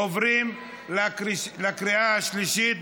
עוברים לקריאה השלישית.